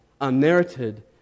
unmerited